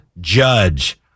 Judge